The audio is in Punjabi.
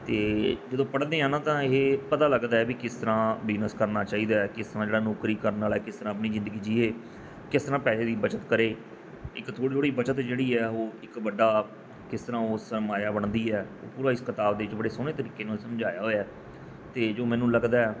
ਅਤੇ ਜਦੋਂ ਪੜ੍ਹਦੇ ਹਾਂ ਨਾ ਤਾਂ ਇਹ ਪਤਾ ਲੱਗਦਾ ਵੀ ਕਿਸ ਤਰ੍ਹਾਂ ਬਿਜ਼ਨਸ ਕਰਨਾ ਚਾਹੀਦਾ ਹੈ ਕਿਸ ਤਰ੍ਹਾਂ ਜਿਹੜਾ ਨੌਕਰੀ ਕਰਨ ਵਾਲਾ ਕਿਸ ਤਰ੍ਹਾਂ ਆਪਣੀ ਜ਼ਿੰਦਗੀ ਜੀਏ ਕਿਸ ਤਰ੍ਹਾਂ ਪੈਸੇ ਦੀ ਬੱਚਤ ਕਰੇ ਇੱਕ ਥੋੜ੍ਹੀ ਥੋੜ੍ਹੀ ਬੱਚਤ ਜਿਹੜੀ ਆ ਉਹ ਇੱਕ ਵੱਡਾ ਕਿਸ ਤਰ੍ਹਾਂ ਉਸ ਮਾਇਆ ਬਣਦੀ ਹੈ ਪੂਰਾ ਇਸ ਕਿਤਾਬ ਦੇ ਵਿੱਚ ਬੜੇ ਸੋਹਣੇ ਤਰੀਕੇ ਨਾਲ ਸਮਝਾਇਆ ਹੋਇਆ ਅਤੇ ਜੋ ਮੈਨੂੰ ਲੱਗਦਾ